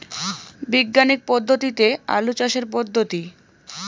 বিজ্ঞানিক পদ্ধতিতে আলু চাষের পদ্ধতি?